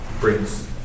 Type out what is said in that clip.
brings